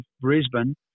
Brisbane